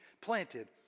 planted